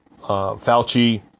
Fauci